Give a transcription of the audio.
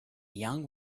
young